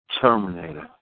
Terminator